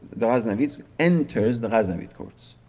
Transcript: the ghaznavid enters the ghaznavid courts.